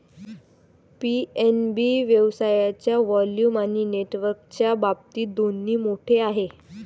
PNB व्यवसायाच्या volume आणि नेटवर्कच्या बाबतीत दोन्ही मोठे आहे